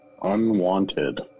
Unwanted